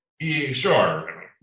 Sure